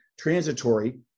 transitory